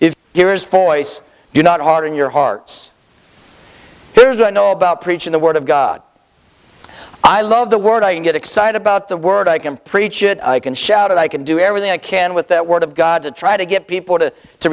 do not harden your hearts there's no know about preaching the word of god i love the word i get excited about the word i can preach it i can shout it i can do everything i can with that word of god to try to get people to to